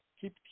keep